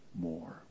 more